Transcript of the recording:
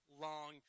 long